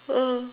ah